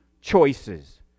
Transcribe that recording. choices